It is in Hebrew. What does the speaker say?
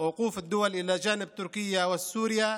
ותמיכת המדינות בטורקיה וסוריה,